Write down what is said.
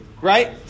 Right